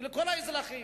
כל האזרחים.